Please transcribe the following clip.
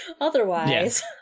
otherwise